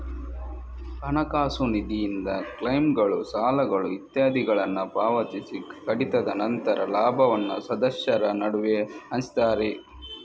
ಹಣಕಾಸು ನಿಧಿಯಿಂದ ಕ್ಲೈಮ್ಗಳು, ಸಾಲಗಳು ಇತ್ಯಾದಿಗಳನ್ನ ಪಾವತಿಸಿ ಕಡಿತದ ನಂತರ ಲಾಭವನ್ನ ಸದಸ್ಯರ ನಡುವೆ ಹಂಚ್ತಾರೆ